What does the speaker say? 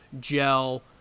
gel –